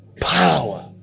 power